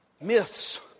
Myths